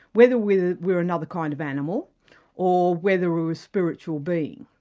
whether we're we're another kind of animal or whether we're a spiritual being.